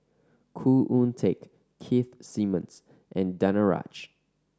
Khoo Oon Teik Keith Simmons and Danaraj